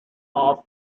off